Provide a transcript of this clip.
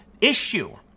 issue